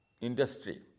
industry